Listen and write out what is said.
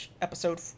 episode